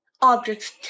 objects